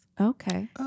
Okay